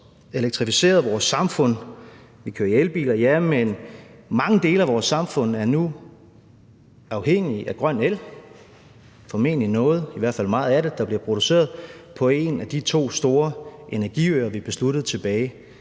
Vi har også elektrificeret vores samfund. Vi kører i elbiler, ja, og mange dele af vores samfund er nu afhængige af grøn el, hvoraf formentlig noget – i hvert fald meget af det – bliver produceret på en af de to store energiøer, vi besluttede tilbage